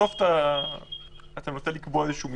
בסוף אתה נוטה לקבוע איזושהי מסגרת.